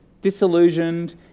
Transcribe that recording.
disillusioned